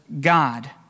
God